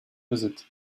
visit